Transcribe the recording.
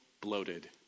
bloated